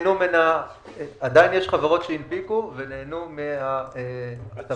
יש חברות שהנפיקו ונהנו מההטבה.